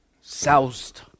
soused